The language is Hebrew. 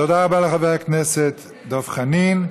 תודה רבה לחבר הכנסת דב חנין.